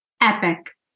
Epic